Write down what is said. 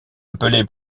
appeler